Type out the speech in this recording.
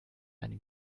eine